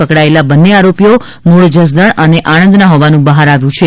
પકડાયેલા બન્ને આરોપીઓ મૂળ જસદણ અને આણંદના હોવાનું બહાર આવ્યું છે